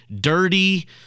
dirty